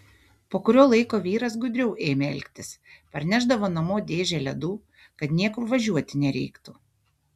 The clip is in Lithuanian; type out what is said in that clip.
po kurio laiko vyras gudriau ėmė elgtis parnešdavo namo dėžę ledų kad niekur važiuoti nereiktų